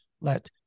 let